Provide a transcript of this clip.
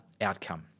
outcome